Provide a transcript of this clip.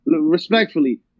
Respectfully